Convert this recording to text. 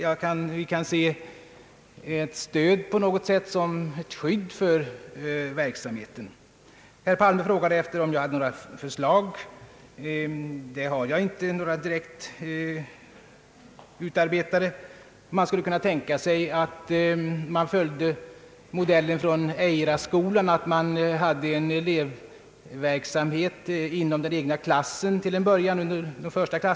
Ett sådant stöd av samhället skulle utgöra ett skydd för verksamheten. Herr Palme frågade om jag hade några förslag. Några direkt utarbetade sådana har jag inte. Man skulle kunna tänka sig att ta modellen från Eiraskolan och att sålunda ha en elevverksamhet inom den egna klassen under de första åren.